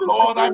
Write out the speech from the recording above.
Lord